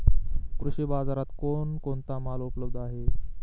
कृषी बाजारात कोण कोणता माल उपलब्ध आहे?